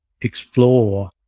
explore